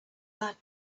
that